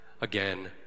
again